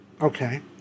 Okay